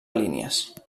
línies